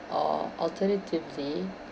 or alternatively